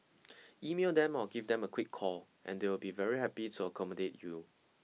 email them or give them a quick call and they will be very happy to accommodate you